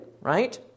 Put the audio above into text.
right